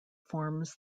forms